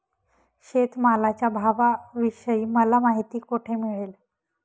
शेतमालाच्या भावाविषयी मला माहिती कोठे मिळेल?